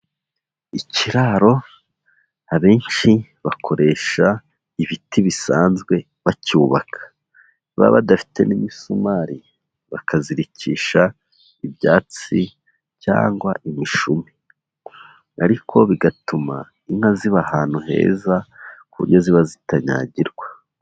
Ikiraro abenshi bakoresha ibiti bisanzwe bacyubaka, baba badafite n'imisumari bakazirikisha ibyatsi cyangwa imishumi, ariko bigatuma inka ziba ahantu heza ku buryo ziba zitanyagirwa.